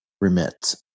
remit